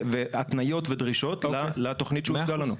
התניות ודרישות לתכנית שהוצגה לנו.